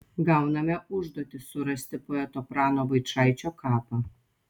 gauname užduotį surasti poeto prano vaičaičio kapą